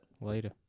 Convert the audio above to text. Later